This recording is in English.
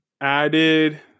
added